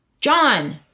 John